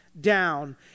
down